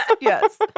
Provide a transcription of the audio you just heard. yes